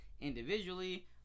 individually